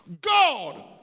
God